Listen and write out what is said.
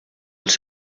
els